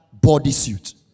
bodysuit